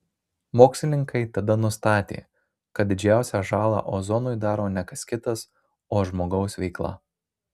mokslininkai tada nustatė kad didžiausią žalą ozonui daro ne kas kitas o žmogaus veikla